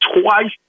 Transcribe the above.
twice